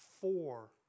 four